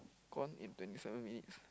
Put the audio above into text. gone in twenty seven minutes